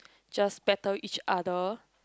just better each other